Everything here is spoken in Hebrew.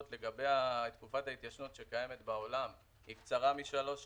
לגבי תקופת ההתיישנות שקיימת בעולם שהיא קצרה משלוש שנים.